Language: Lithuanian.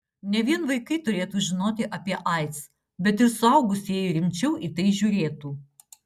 ne vien vaikai turėtų žinoti apie aids bet ir suaugusieji rimčiau į tai žiūrėtų